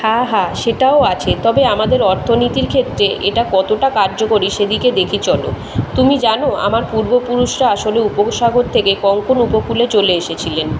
হ্যাঁ হ্যাঁ সেটাও আছে তবে আমাদের অর্থনীতির ক্ষেত্রে এটা কতটা কার্যকরী সেদিকে দেখি চল তুমি জানো আমার পূর্বপুরুষরা আসলে উপসাগর থেকে কোঙ্কন উপকূলে চলে এসেছিলেন